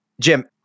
Jim